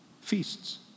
feasts